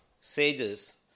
sages